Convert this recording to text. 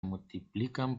multiplican